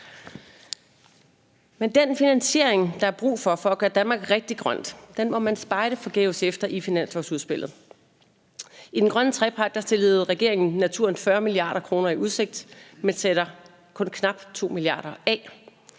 Men den finansiering, der er brug for for at gøre Danmark rigtig grønt, må man spejde forgæves efter i finanslovsudspillet. I den grønne trepart stillede regeringen naturen 40 mia. kr. i udsigt, men sætter kun knap 2 mia. kr. af,